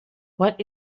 what